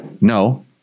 No